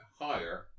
higher